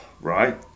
right